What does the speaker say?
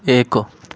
ଏକ